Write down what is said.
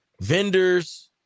vendors